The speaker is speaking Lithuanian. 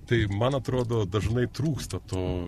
tai man atrodo dažnai trūksta to